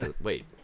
Wait